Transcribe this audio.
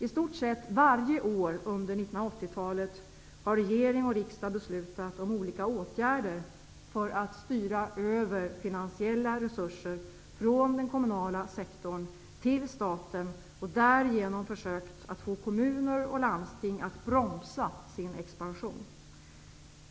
I stort sett varje år under 1980-talet har regering och riksdag beslutat om olika åtgärder för att styra över finansiella resurser från den kommunala sektorn till staten och därigenom försökt få kommuner och landsting att bromsa sin expansion.